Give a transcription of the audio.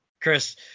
Chris